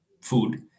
food